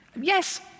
Yes